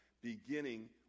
beginning